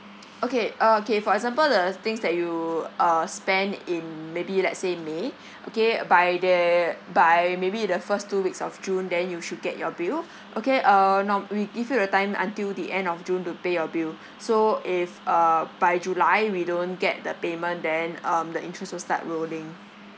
okay okay for example the things that you uh spend in maybe let's say may okay by the by maybe the first two weeks of june then you should get your bill okay uh norm~ we give you the time until the end of june to pay your bill so if uh by july we don't get the payment then um the interest will start rolling